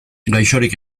gaixorik